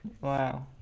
Wow